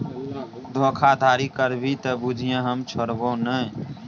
धोखाधड़ी करभी त बुझिये हम छोड़बौ नै